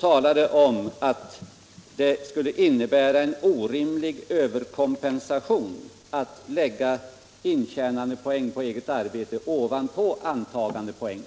talade om att det skulle innebära en orimlig överkompensation att lägga intjänandepoäng på egetarbete ovanpå antagandepoängen.